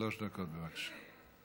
שלוש דקות, בבקשה.